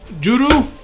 Juru